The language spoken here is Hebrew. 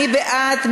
מי בעד?